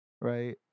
right